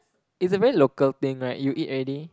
it's a very local thing right you eat already